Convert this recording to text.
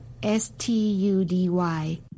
S-T-U-D-Y